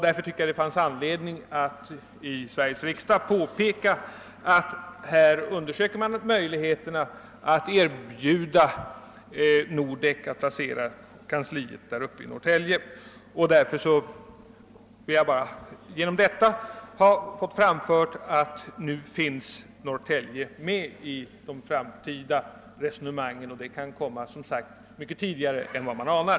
Därför tyckte jag att det fanns anledning att i Sveriges riksdag påpeka att man i Norrtälje undersöker möjligheterna för Nordek att placera kansliet där. Genom denna fråga ville jag fästa uppmärksamheten på att Norrtälje nu finns med i de framtida resonemangen, vilka kan behöva föras mycket tidigare än man nu anar.